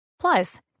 Plus